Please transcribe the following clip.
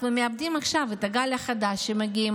אנחנו מאבדים עכשיו את הגל החדש שמגיע.